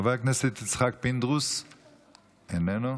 חבר הכנסת יצחק פינדרוס, איננו.